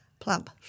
Plump